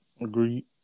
Agreed